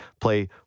play